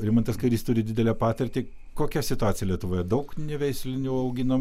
rimantas kairys turi didelę patirtį kokia situacija lietuvoje daug neveislinių auginom